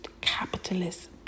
capitalist